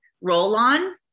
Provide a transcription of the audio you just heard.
roll-on